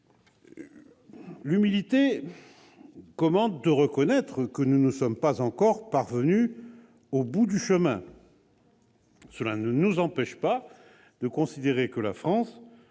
L'humilité commande de reconnaître que nous ne sommes pas encore parvenus au bout du chemin. Cela ne nous empêche pas de considérer que la France